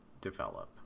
develop